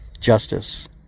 justice